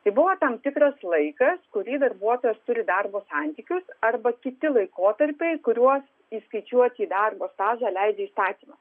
tai buvo tam tikras laikas kurį darbuotojas turi darbo santykius arba kiti laikotarpiai kuriuos įskaičiuoti į darbo stažą leidžia įstatymas